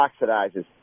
oxidizes